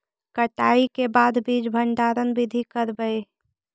कटाई के बाद बीज भंडारन बीधी करबय?